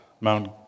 Mount